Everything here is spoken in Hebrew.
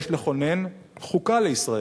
יש לכונן חוקה לישראל,